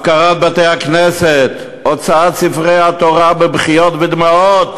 הפקרת בתי-הכנסת, הוצאת ספרי התורה בבכיות ודמעות